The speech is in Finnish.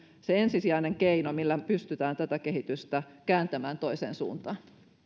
se ensisijainen keino millä pystytään tätä kehitystä kääntämään toiseen suuntaan